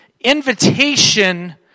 invitation